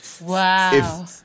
wow